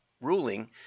ruling